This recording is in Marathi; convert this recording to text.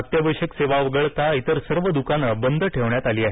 अत्यावश्यक सेवा वगळता इतर सर्व दुकानं बंद ठेवण्यात आली आहेत